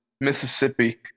Mississippi